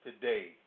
today